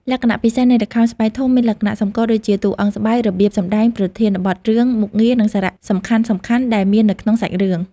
លក្ខណៈពិសេសនៃល្ខោនស្បែកធំមានលក្ខណៈសម្គាល់ដូចជា តួអង្គស្បែក របៀបសម្ដែង ប្រធានបទរឿង មុខងារ និងសារៈសំខាន់ៗដែលមាននៅក្នុងសាច់រឿង ។